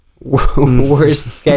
Worst